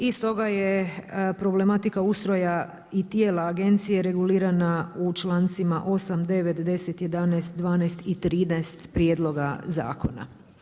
I stoga je problematika ustroja i tijela agencije regulirana u člancima 8., 9., 10., 11., 12., i 13. prijedloga zakona.